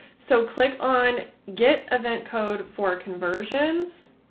so click on get event code for conversions.